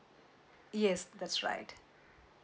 yes that's right